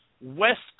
west